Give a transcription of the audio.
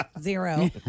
Zero